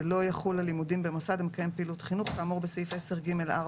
זה לא יחול במוסד המקיים פעילות חינוך כאמור בסעיף 10(ג)(4),